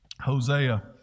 Hosea